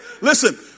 Listen